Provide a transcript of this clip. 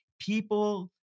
People